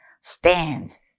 stands